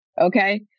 Okay